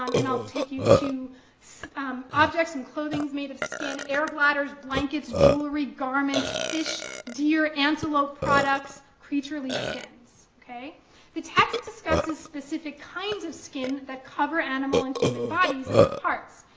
um and i'll take you to so objects and clothings made of skin, air bladders, blankets, jewelry, garments, fish, deer, antelope products, creaturely skins. the text discusses specific kinds of skin that cover animal and human bodies and their parts.